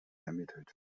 ermittelt